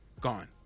Gone